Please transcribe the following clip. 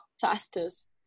fastest